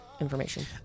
information